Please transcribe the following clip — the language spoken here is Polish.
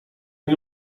nie